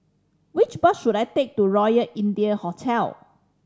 which bus should I take to Royal India Hotel